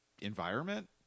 environment